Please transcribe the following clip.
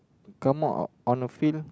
come on out on the field